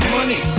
Money